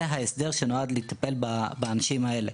זה ההסדר שנועד לטפל באנשים האלה.